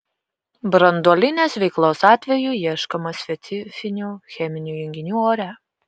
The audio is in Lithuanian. branduolinės veiklos atveju ieškoma specifinių cheminių junginių ore